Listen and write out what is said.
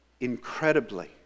incredibly